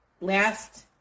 last